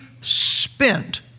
spent